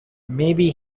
maybe